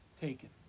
taken